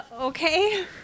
okay